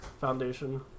foundation